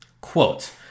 quote